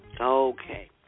Okay